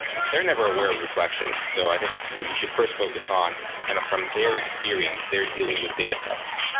they're never aware of reflections, so i think we should first focus on kind of from their experience, they are dealing with datasets.